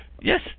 Yes